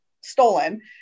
stolen